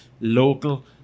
Local